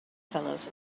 fellows